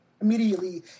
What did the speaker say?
immediately